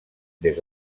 des